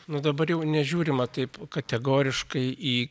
nu dabar jau nežiūrima taip kategoriškai į